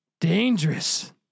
Dangerous